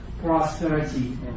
prosperity